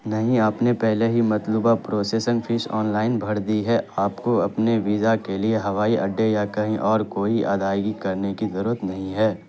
نہیں آپ نے پہلے ہی مطلوبہ پروسیسنگ فیس آن لائن بھر دی ہے آپ کو اپنے ویزا کے لیے ہوائی اڈے یا کہیں اور کوئی ادائیگی کرنے کی ضرورت نہیں ہے